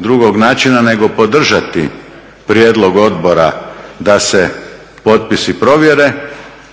drugog načina nego podržati prijedlog odbora da se potpisi provjere.